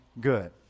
good